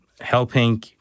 helping